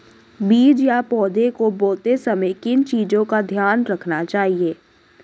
बीज या पौधे को बोते समय किन चीज़ों का ध्यान रखना चाहिए?